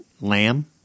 lamb